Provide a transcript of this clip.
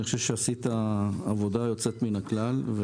אני חושב שעשית עבודה יוצאת מן הכלל.